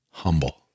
humble